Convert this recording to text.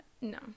No